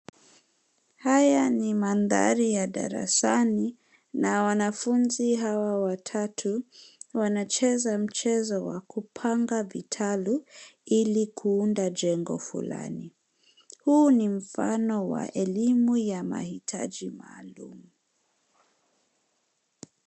Haya ni mnadhari ya darasani na wanafunzi hawa watatu wanacheza mchezo wa kupanga vitalu ilikuunda jengo fulani. Huu ni mfano wa elimu ya mahitaji maalumu.